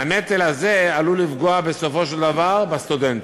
והנטל הזה עלול לפגוע, בסופו של דבר, בסטודנטים,